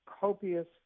copious